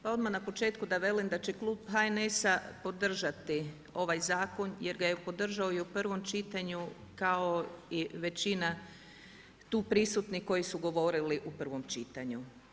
Pa odmah na početku da velim da će klub HNS-a podržati ovaj zakon jer ga je podržao i u prvom čitanju kao i većina tu prisutnih koji su govorili u prvom čitanju.